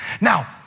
Now